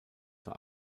zur